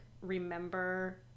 remember